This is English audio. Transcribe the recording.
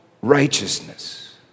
righteousness